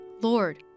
Lord